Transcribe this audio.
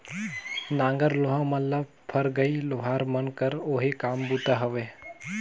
नांगर लोहा मन ल फरगई लोहार मन कर ओही काम बूता हवे